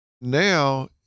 Now